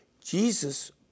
Jesus